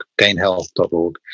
gainhealth.org